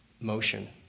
motion